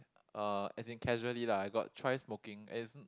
uh as in casually lah I got try smoking as in